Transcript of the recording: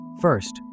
First